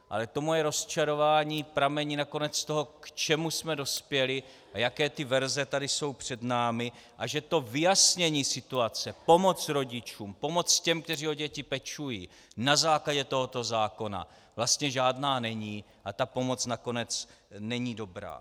Ale to moje rozčarování pramení nakonec z toho, k čemu jsme dospěli a jaké verze tady jsou před námi a že to vyjasnění situace, pomoc rodičům, pomoc těm, kteří o děti pečují, na základě tohoto zákona vlastně žádná není a ta pomoc nakonec není dobrá.